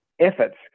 efforts